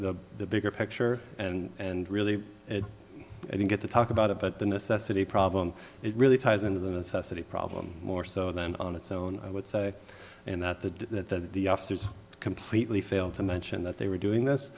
of the bigger picture and really didn't get to talk about it but the necessity problem it really ties into the necessity problem more so than on its own i would say that the that the officers completely failed to mention that they were doing this